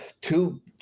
two